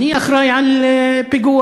אני אחראי לפיגוע?